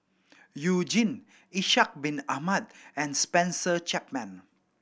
You Jin Ishak Bin Ahmad and Spencer Chapman